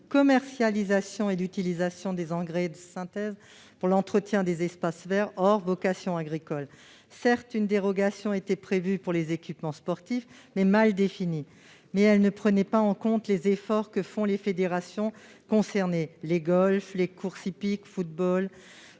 la commercialisation et l'utilisation des engrais de synthèse pour l'entretien des espaces verts, hors vocation agricole. Certes, une dérogation est prévue pour les équipements sportifs, mais elle reste mal définie, car elle ne prend pas en compte les efforts que font les fédérations concernées, qu'il s'agisse du golf, des courses hippiques ou du football,